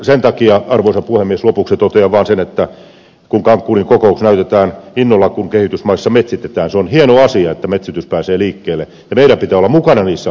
sen takia arvoisa puhemies lopuksi totean vaan sen että kun cancunin kokouksessa näytetään innolla kun kehitysmaissa metsitetään se on hieno asia että metsitys pääsee liikkeelle ja meidän pitää olla mukana niissä hankkeissa